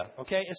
okay